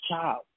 child